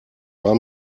war